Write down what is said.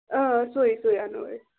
اۭں اۭں سُے سُے اَنو أسۍ